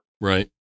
Right